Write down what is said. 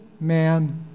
man